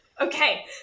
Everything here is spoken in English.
Okay